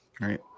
Right